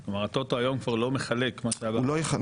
הטוטו היום כבר לא מחלק את מה שהיה פעם.